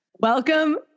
Welcome